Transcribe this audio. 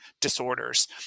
disorders